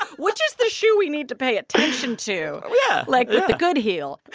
which is the shoe we need to pay attention to, yeah like, with the good heel?